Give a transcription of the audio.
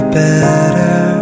better